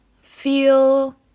feel